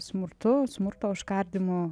smurtu smurto užkardymu